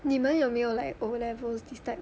你们有没有 like O levels this type